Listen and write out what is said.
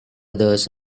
others